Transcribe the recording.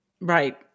Right